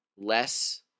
less